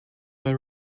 were